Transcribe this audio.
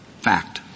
fact